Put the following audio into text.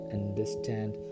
understand